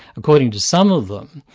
according to some of them,